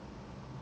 ya